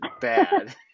bad